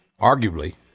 arguably